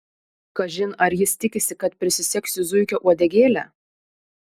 kažin ar jis tikisi kad prisisegsiu zuikio uodegėlę